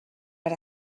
per